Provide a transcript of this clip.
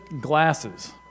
glasses